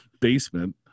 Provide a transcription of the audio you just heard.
basement